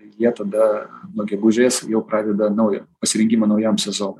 jie tada nuo gegužės jau pradeda naują pasirengimą naujam sezonui